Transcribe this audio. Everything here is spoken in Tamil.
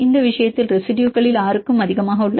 இந்த விஷயத்தில் ரெசிடுயுகளில் 6 க்கும் அதிகமான உள்ளன